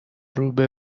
روبه